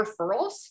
referrals